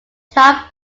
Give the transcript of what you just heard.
top